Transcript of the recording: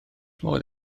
modd